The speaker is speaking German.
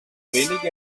wenige